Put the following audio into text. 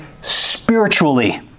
spiritually